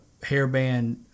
hairband